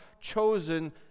chosen